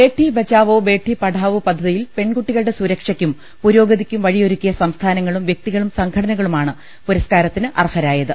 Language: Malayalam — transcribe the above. ബേഠി ബചാവോ ബേഠി പഠാവോ പദ്ധതിയിൽ പെൺകുട്ടികളുടെ സുരക്ഷക്കും പുരോഗതിക്കും വഴിയൊരുക്കിയ സംസ്ഥാനങ്ങളും വൃക്തികളും സംഘടനകളുമാണ് പുരസ്കാരത്തിന് അർഹരായത്